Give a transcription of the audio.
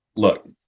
Look